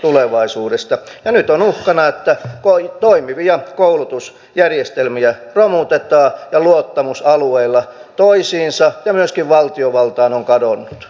ja nyt on uhkana että toimivia koulutusjärjestelmiä romutetaan ja luottamus alueilla toisiinsa ja myöskin valtiovaltaan on kadonnut